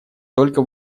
только